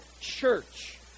church